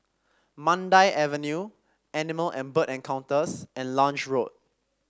Mandai Avenue Animal and Bird Encounters and Lange Road